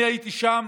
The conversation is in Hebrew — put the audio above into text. אני הייתי שם,